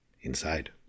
inside